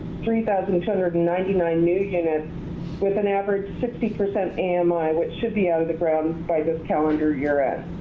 three thousand two hundred and ninety nine new units with an average sixty percent and ami, which should be out of the ground by the calendar year end.